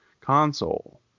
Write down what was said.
console